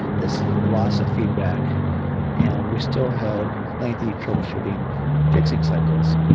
this loss of feedback and we still had lengthy troubleshooting fixing cycles.